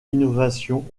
innovation